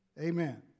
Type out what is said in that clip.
Amen